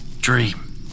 dream